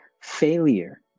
failure